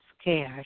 scared